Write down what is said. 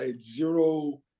zero